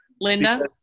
Linda